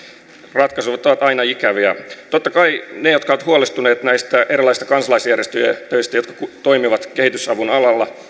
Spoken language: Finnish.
ratkaisut ovat aina ikäviä totta kai ne jotka ovat huolestuneet näistä erilaisista kansalaisjärjestöistä jotka toimivat kehitysavun alalla